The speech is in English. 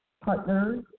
partners